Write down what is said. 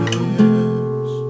years